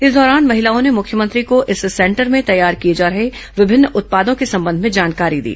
इस दौरान महिलाओं ने मुख्यमंत्री को इस सेंटर में तैयार किए जा रहे विभिन्न उत्पादों के संबंध में जानकारी दी